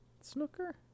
Snooker